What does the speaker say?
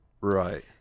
Right